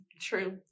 True